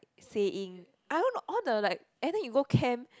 saying I don't know all the like everytime you go camp